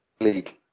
league